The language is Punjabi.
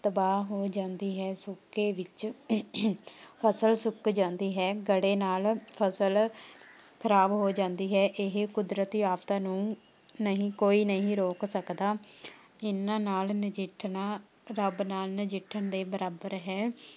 ਤਬਾਹ ਹੋ ਜਾਂਦੀ ਹੈ ਸੋਕੇ ਵਿੱਚ ਫ਼ਸਲ ਸੁੱਕ ਜਾਂਦੀ ਹੈ ਗੜ੍ਹੇ ਨਾਲ਼ ਫ਼ਸਲ ਖ਼ਰਾਬ ਹੋ ਜਾਂਦੀ ਹੈ ਇਹ ਕੁਦਰਤੀ ਆਫ਼ਤਾਂ ਨੂੰ ਨਹੀਂ ਕੋਈ ਨਹੀਂ ਰੋਕ ਸਕਦਾ ਇਹਨਾਂ ਨਾਲ਼ ਨਜਿੱਠਣਾ ਰੱਬ ਨਾਲ਼ ਨਜਿੱਠਣ ਦੇ ਬਰਾਬਰ ਹੈ